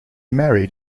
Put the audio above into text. married